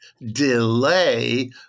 delay